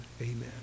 Amen